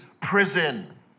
prison